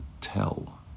tell